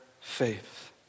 faith